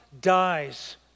dies